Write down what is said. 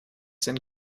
sind